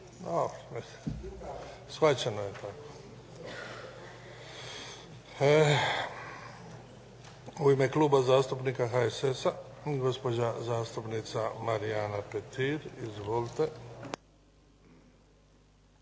Shvaćeno je tako. U ime Kluba zastupnika HSS-a gospođa zastupnica Marijana Petir. Izvolite.